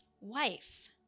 wife